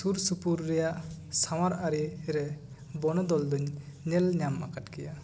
ᱥᱩᱨ ᱥᱩᱯᱩᱨ ᱨᱮᱭᱟᱜ ᱥᱟᱶᱟᱨ ᱟᱹᱨᱤ ᱨᱮ ᱵᱚᱱᱚᱫᱚᱞ ᱫᱚᱧ ᱧᱮᱞ ᱧᱟᱢ ᱟᱠᱟᱫ ᱜᱤᱭᱟ